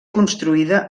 construïda